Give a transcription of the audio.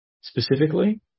specifically